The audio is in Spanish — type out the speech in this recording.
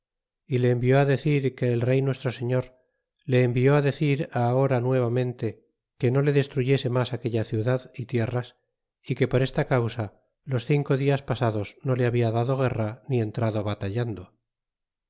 y le envió decir que el rey nuestro señor le envió decir ahora nuevamente que no le destruyese mas aquella ciudad y tierras y que por esta causa los cinco dias pasados no le habla dado guerra ni entrado batallando